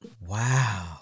wow